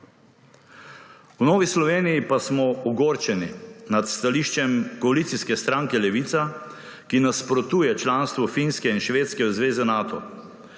V Novi Sloveniji pa smo ogorčeni nad stališčem koalicijske stranke Levica, ki nasprotuje članstvu Finske in Švedske v zvezi Nato.